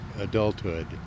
adulthood